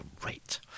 great